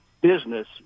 business